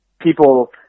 people